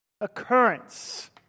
occurrence